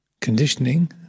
conditioning